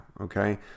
okay